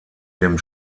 dem